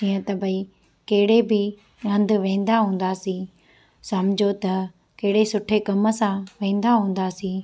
जीअं त भई कहिड़े बि हंदि वेंदा हूंदासीं समुझ त कहिड़े सुठे कमु सां वेंदा हूंदासी